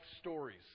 stories